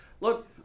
look